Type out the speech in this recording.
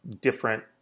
different